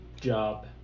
job